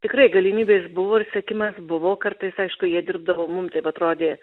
tikrai galimybės buvo ir sekimas buvo kartais aišku jie dirbdavo mum taip atrodė